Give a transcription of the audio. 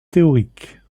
théorique